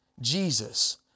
Jesus